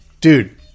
dude